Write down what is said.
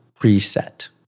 preset